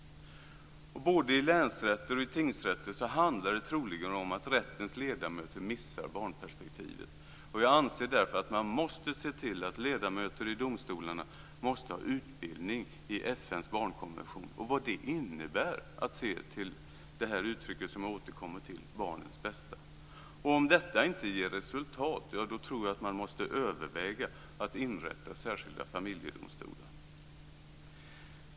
Både i länsrätter och i tingsrätter handlar det troligen om att rättens ledamöter missar barnperspektivet. Jag anser därför att man måste se till att ledmaöter i domstolarna måste ha utbildning i FN:s barnkonvention och vad det innebär att se till barnens bästa, ett uttryck som jag återkommer till. Och om detta inte ger resultat, då tror jag att man måste överväga att inrätta särskilda familjedomstolar.